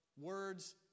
words